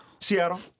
Seattle